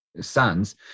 sons